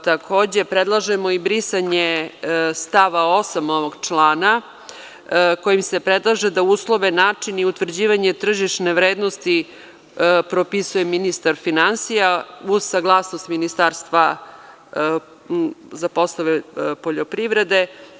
Takođe, predlažemo i brisanje stava 8. ovog člana, kojim se predlaže da uslove i način utvrđivanja tržišne vrednosti propisuje ministar finansija uz saglasnost Ministarstva za poslove poljoprivrede.